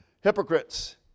hypocrites